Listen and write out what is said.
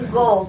go